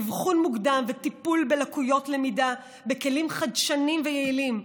אבחון מוקדם וטיפול בלקויות למידה בכלים חדשניים ויעילים,